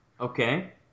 Okay